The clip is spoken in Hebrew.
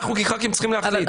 אנחנו כח"כים צריכים להחליט.